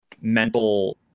mental